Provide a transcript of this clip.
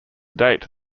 date